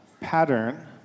pattern